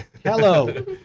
Hello